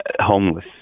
homeless